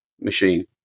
machine